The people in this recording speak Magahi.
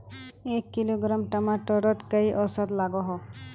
एक किलोग्राम टमाटर त कई औसत लागोहो?